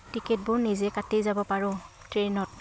টিকেটবোৰ নিজে কাটি যাব পাৰোঁ ট্ৰেইনত